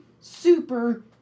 super